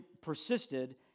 persisted